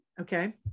Okay